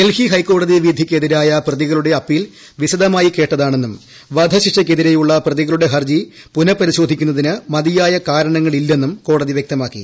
ഡൽഹി ഹൈക്കോടതി വിധിക്കെതിരായ പ്രതികളുടെ അപ്പീൽ വിശദമായി കേട്ടതാണെന്നും വധശിക്ഷക്കെതിരെയുള്ള പ്രതികളുടെ ഹർജി പുനപരിശോധിക്കുന്നതിന് മതിയായ കാരണങ്ങളില്ലെന്നും കോടതി വ്യക്തമാക്കി